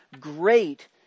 great